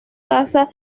casa